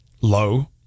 low